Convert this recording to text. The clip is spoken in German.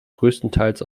größtenteils